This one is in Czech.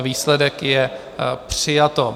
Výsledek: je přijato.